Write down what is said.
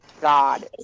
God